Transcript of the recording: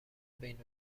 بین